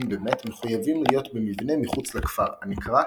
במת מחויבים להיות במבנה מחוץ לכפר הנקרא